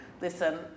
listen